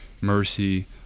mercy